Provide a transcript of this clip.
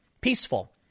peaceful